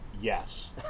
Yes